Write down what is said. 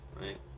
right